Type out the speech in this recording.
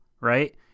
right